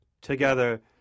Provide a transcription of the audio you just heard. Together